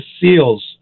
seals